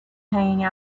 hanging